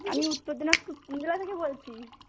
আমি উত্তর দিনাজপুর জেলা থেকে বলছি